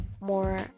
more